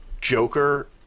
Joker